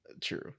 True